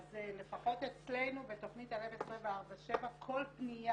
לפחות אצלנו בתכנית הלב 24/7 כל פניה